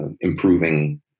improving